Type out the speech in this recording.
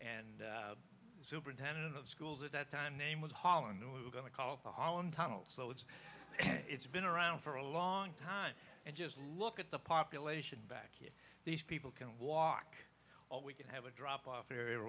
and the superintendent of schools at that time name was holland knew we were going to call the holland tunnel so it's ok it's been around for a long time and just look at the population back here these people can walk all we can have a drop off area